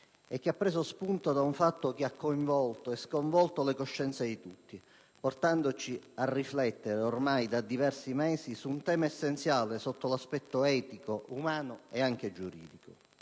e che ha preso spunto da un fatto che ha coinvolto e sconvolto le coscienze di tutti, portandoci a riflettere, ormai da diversi mesi, su un tema essenziale sotto l'aspetto etico, umano e anche giuridico.